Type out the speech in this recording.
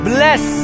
Bless